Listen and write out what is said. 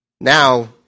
Now